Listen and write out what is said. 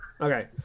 Okay